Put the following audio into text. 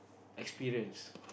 experience